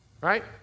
Right